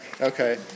Okay